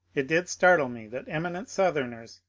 it did startle me that eminent southerners,